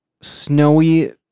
snowy